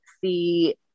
see